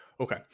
Okay